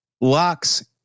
locks